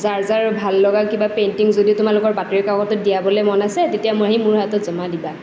যাৰ জাৰ পিবা ভাল লগা পেইণ্টিংযদি তোমালোকৰ বাতৰি কাকতত দিয়াবলে মন আছে তেতিয়া মোৰ হাতত জমা দিবা